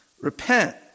repent